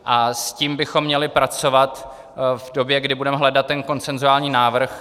A s tím bychom měli pracovat v době, kdy budeme hledat ten konsenzuální návrh.